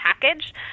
package